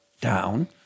down